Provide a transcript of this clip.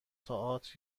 تئاتر